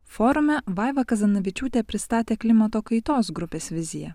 forume vaiva kazanavičiūtė pristatė klimato kaitos grupės viziją